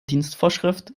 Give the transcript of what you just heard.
dienstvorschrift